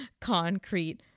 concrete